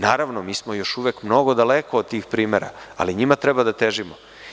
Naravno, mi smo još uvek daleko od tih primera, ali njima treba da težimo.